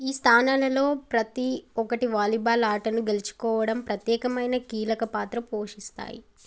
ఈ స్థానాలలో ప్రతీ ఒక్కటి వాలీబాల్ ఆటను గెలుచుకోవడం ప్రత్యేకమైన కీలక పాత్ర పోషిస్తాయి